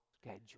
schedule